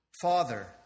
Father